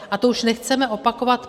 A to už nechceme opakovat.